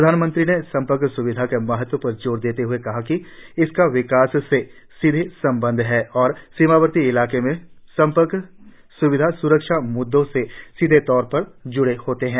प्रधानमंत्री ने संपर्क स्विधा के महत्व पर जोर देते ह्ए कहा कि इसका विकास से सीधा संबंध है और सीमावर्ती इलाकों में संपर्क स्विधा सुरक्षा मुद्दों से सीधे तौर पर जुड़ी होती है